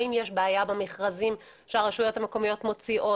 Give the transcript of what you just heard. האם יש בעיה במכרזים שהרשויות המקומיות מוציאות,